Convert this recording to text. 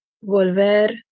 volver